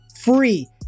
free